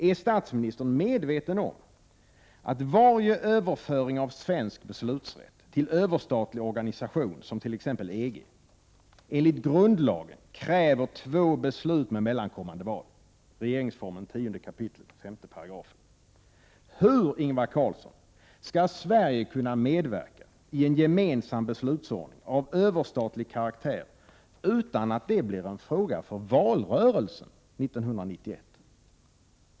Är statsministern medveten om att varje överföring av svensk beslutsrätt till överstatlig organisation, exempelvis EG, enligt grundlagen kräver två beslut med mellankommande val ? Hur, Ingvar Carlsson, skall Sverige kunna medverka i en ”gemensam beslutsordning” av överstatlig karaktär utan att det blir en fråga för valrörelsen 1991?